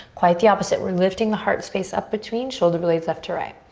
quite the opposite. we're lifting the heart space up between shoulder blades left to right.